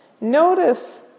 notice